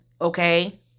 okay